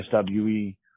SWE